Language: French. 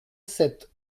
sept